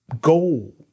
goal